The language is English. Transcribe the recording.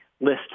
list